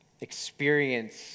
experience